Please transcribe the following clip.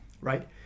right